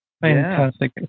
Fantastic